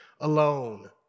alone